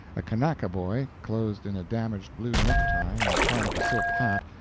a kanaka boy, clothed in a damaged blue necktie and part of a silk hat,